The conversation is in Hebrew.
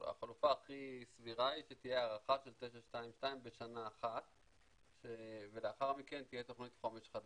היא שתהיה הארכה של 922 בשנה אחת ולאחר מכן תהיה תוכנית חומש חדשה.